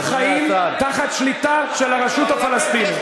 אלא חיים תחת שליטה של הרשות הפלסטינית.